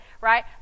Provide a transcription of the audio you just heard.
right